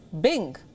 Bing